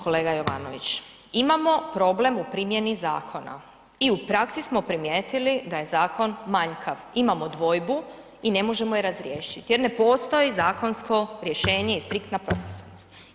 Točno kolega Jovanović, imamo problem u primjeni zakona i u praksi smo primijetili da je zakon manjkav, imamo dvojbu i ne možemo je razriješiti jer ne postoji zakonsko rješenje i striktna propisanost.